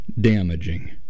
damaging